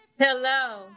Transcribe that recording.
Hello